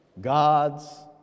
God's